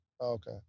Okay